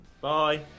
bye